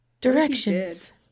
Directions